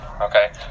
Okay